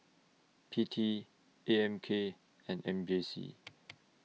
P T A M K and M J C